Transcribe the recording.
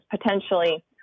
potentially